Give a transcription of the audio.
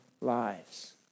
lives